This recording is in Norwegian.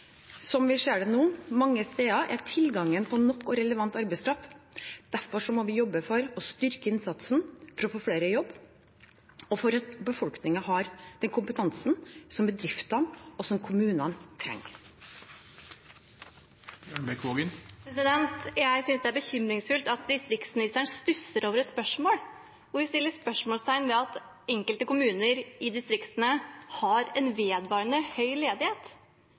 nå, slik vi ser det, tilgangen på nok og relevant arbeidskraft. Derfor må vi jobbe for å styrke innsatsen for å få flere i jobb, og for å sørge for at befolkningen har den kompetansen som bedriftene og kommunene trenger. Jeg synes det er bekymringsfullt at distriktsministeren stusser over et spørsmål hvor vi setter spørsmålstegn ved at enkelte kommuner i distriktene har en vedvarende høy ledighet.